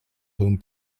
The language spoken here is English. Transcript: home